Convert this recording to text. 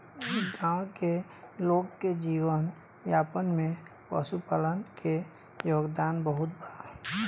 गाँव के लोग के जीवन यापन में पशुपालन के योगदान बहुत बा